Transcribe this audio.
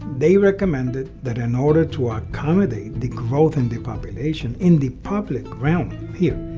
they recommended that in order to accommodate the growth in the population in the public realm here,